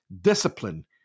discipline